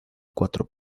cuatro